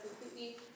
completely